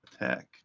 attack